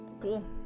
Cool